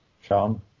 Sean